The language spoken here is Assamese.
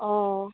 অঁ